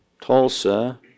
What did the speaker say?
Tulsa